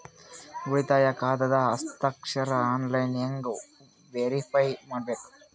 ಉಳಿತಾಯ ಖಾತಾದ ಹಸ್ತಾಕ್ಷರ ಆನ್ಲೈನ್ ಹೆಂಗ್ ವೇರಿಫೈ ಮಾಡಬೇಕು?